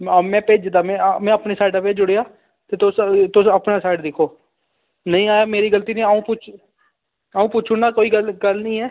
हां में भेज्जे दा में हां अपने साइड दा भेज्जी ओडे़आ ते तुस अपने साइड़ दिक्खो नेईं आया मेरी गलती निं ऐ अ'ऊं पुच्छ अ'ऊं पुच्छी ओड़ना कोई गल्ल गल्ल निं ऐ